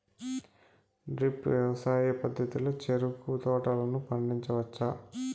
drip వ్యవసాయ పద్ధతిలో చెరుకు తోటలను పండించవచ్చా